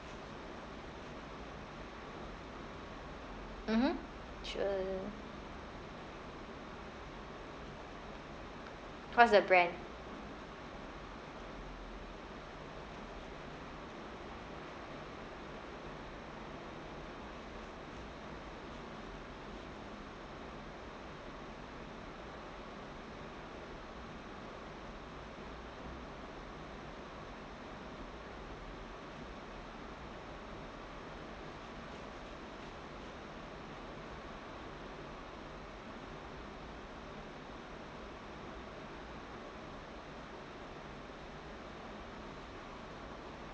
mmhmm sure what's the brand